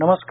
नमस्कार